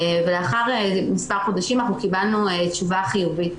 לאחר מספר חודשים אנחנו קיבלנו תשובה חיובית,